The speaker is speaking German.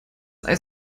eis